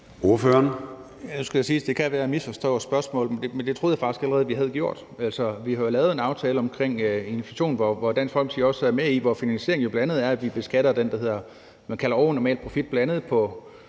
det kan være, at jeg misforstår spørgsmålet, men det troede jeg faktisk allerede vi havde gjort. Altså, vi har jo lavet en aftale om inflation, hvor Dansk Folkeparti også har været med, hvor finansieringen bl.a. er, at vi beskatter det, man kalder overnormal profit – bl.a.